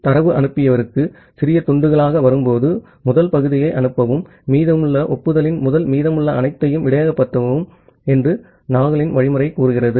தரவு அனுப்பியவருக்கு சிறிய துண்டுகளாக வரும்போது முதல் பகுதியை அனுப்பவும் மீதமுள்ள ஒப்புதலின் முதல் மீதமுள்ள அனைத்தையும் இடையகப்படுத்தவும் என்று நாகலின் அல்கோரிதம் கூறுகிறது